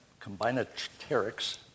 combinatorics